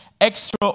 extra